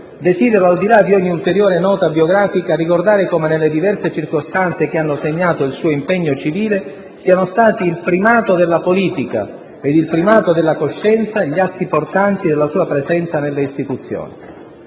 desidero al di là di ogni ulteriore nota biografica ricordare come nelle diverse circostanze che hanno segnato il suo impegno civile siano stati il «primato della politica» ed il «primato della coscienza» gli assi portanti della sua presenza nelle istituzioni.